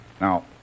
Now